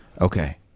Okay